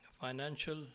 financial